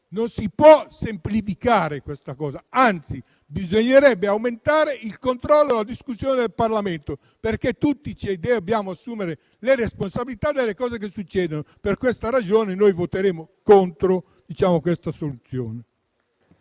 non si può semplificare questa tematica, anzi bisognerebbe aumentare il controllo e la discussione del Parlamento, perché ci dobbiamo assumere le responsabilità di quello che accade. Per questa ragione noi voteremo contro il disegno